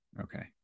Okay